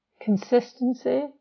Consistency